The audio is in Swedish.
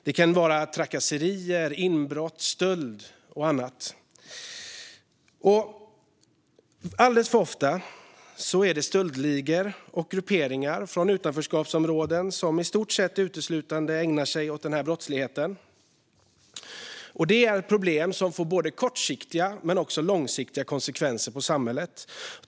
Det kan vara trakasserier, inbrott, stölder och annat. Alldeles för ofta är det stöldligor och grupperingar från utanförskapsområdena som i stort sett uteslutande ägnar sig åt den här brottsligheten, och det är ett problem som får både kortsiktiga och långsiktiga konsekvenser för samhället.